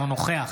אינו נוכח